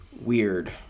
weird